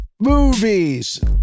Movies